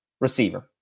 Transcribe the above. receiver